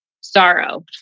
sorrow